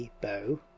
bow